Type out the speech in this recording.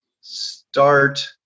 start